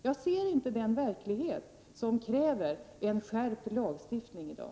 Jag ser inte den verklighet som kräver en skärpt lagstiftning i dag.